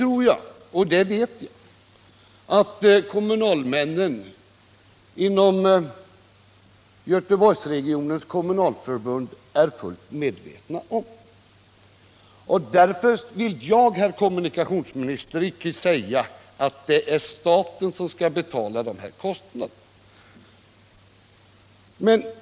Och det är kommunalmännen inom Göteborgsregionens kommunalförbund fullt medvetna om. Därför vill jag, herr kommunikationsminister, icke säga att det är staten som skall betala de här kostnaderna.